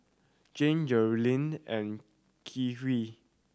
Jan Jerilynn and Khiry